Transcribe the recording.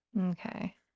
Okay